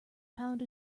pound